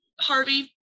Harvey